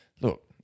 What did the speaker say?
Look